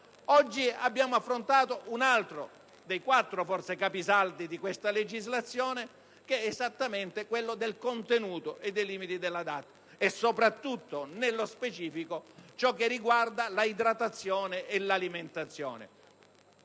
Oggi abbiamo affrontato un altro dei quattro capisaldi di questa legislazione che è, esattamente, quello del contenuto e dei limiti della DAT e soprattutto, nello specifico, ciò che riguarda l'idratazione e l'alimentazione.